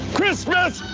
Christmas